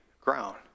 ground